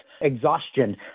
exhaustion